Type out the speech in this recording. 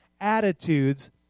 attitudes